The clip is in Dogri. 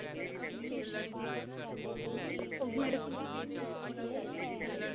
ओह् मेरे